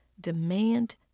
demand